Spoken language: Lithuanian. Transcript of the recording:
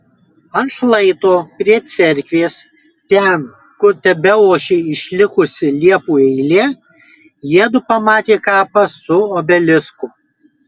ant šlaito prie cerkvės ten kur tebeošė išlikusi liepų eilė jiedu pamatė kapą su obelisku